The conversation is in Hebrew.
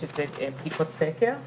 אז הם כולם מתחילים בגיל 50 מהסיבה הזאת.